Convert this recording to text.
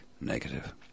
negative